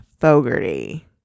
Fogarty